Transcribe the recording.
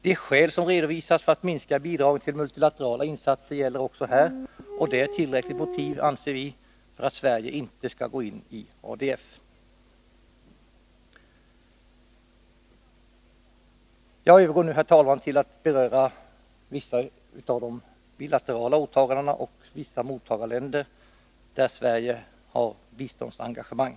De skäl som redovisas för att minska bidraget till multilaterala insatser gäller också här, och det anser vi är ett tillräckligt motiv för att Sverige inte skall gå med i ADF. Jag övergår nu, herr talman, till att beröra vissa av de bilaterala åtagandena och vissa länder i vilka Sverige har ett biståndsengagemang.